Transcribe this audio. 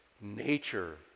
nature